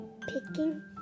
picking